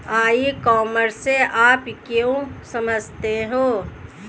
ई commerce से आप क्या समझते हो?